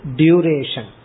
duration